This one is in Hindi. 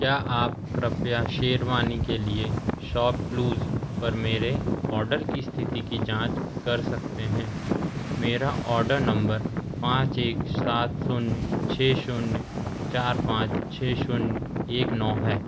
क्या आप कृपया शेरवानी के लिए शॉपक्लूज़ पर मेरे ऑर्डर की स्थिति की जाँच कर सकते हैं मेरा ऑर्डर नंबर पाँच एक सात शून्य छे शून्य चार पाँच छः शून्य एक नौ है